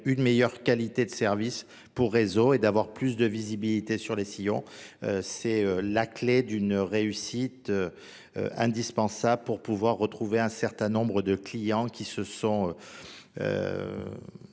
une meilleure qualité de service pour réseau et d'avoir plus de visibilité sur les sillons c'est la clé d'une réussite indispensable pour pouvoir retrouver un certain nombre de clients qui se sont